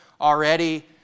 already